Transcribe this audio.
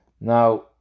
Now